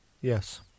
Yes